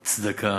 צדקה,